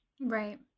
Right